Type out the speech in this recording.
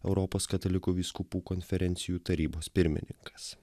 europos katalikų vyskupų konferencijų tarybos pirmininkas